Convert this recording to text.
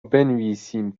بنویسیم